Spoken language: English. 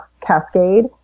cascade